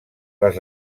les